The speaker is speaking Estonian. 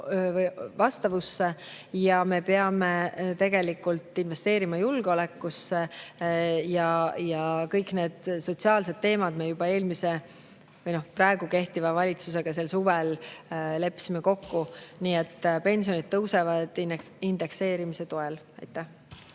vastavusse ja me peame investeerima julgeolekusse. Kõik need sotsiaalsed teemad me juba eelmise või praegu [ametis oleva] valitsusega suvel leppisime kokku. Nii et pensionid tõusevad indekseerimise toel. Aitäh!